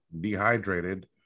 dehydrated